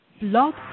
Blog